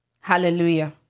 Hallelujah